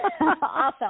Awesome